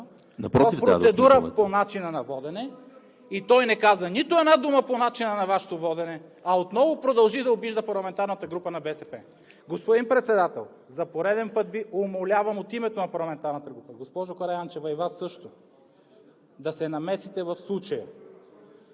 …по процедура по начина на водене. Той не каза нито една дума по начина на Вашето водене, а отново продължи да обижда парламентарната група на БСП. Господин Председател, за пореден път Ви умолявам от името на парламентарната група – госпожо Караянчева, и Вас също – да се намесите в случая